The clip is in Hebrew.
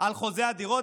על חוזה הדירות,